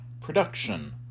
production